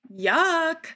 Yuck